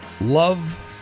Love